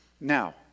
Now